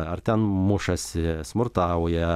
ar ten mušasi smurtauja